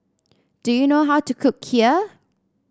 do you know how to cook Kheer